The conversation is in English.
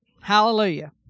hallelujah